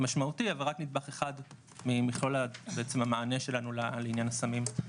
משמעותי אבל רק נדבך אחד ממכלול המענה שלנו לעניין הסמים.